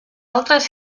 altres